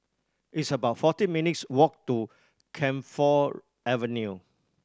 it's about forty minutes' walk to Camphor Avenue